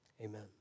amen